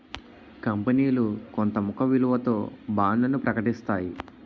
కంపనీలు కొంత ముఖ విలువతో బాండ్లను ప్రకటిస్తాయి